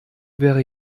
wäre